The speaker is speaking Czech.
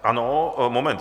Ano, moment.